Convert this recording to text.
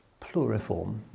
pluriform